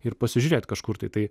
ir pasižiūrėt kažkur tai tai